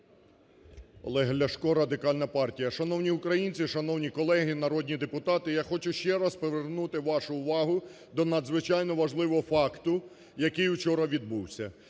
Олег Ляшко, Радикальна партія. Шановні українці, шановні колеги народні депутати! Я хочу ще раз привернути вашу увагу до надзвичайно важливого факту, який вчора відбувся.